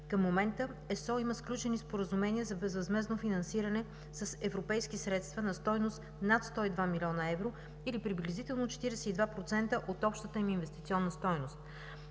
Към момента ЕСО има сключени споразумения за безвъзмездно финансиране с европейски средства на стойност над 102 млн. евро или приблизително 42% от общата им инвестиционна стойност.